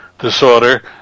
disorder